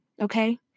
okay